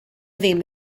ddim